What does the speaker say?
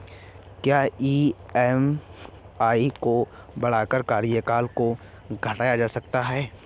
क्या ई.एम.आई को बढ़ाकर कार्यकाल को घटाया जा सकता है?